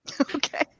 Okay